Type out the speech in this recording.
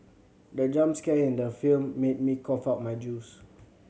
the jump scare in the film made me cough out my juice